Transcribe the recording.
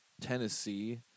Tennessee